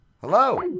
Hello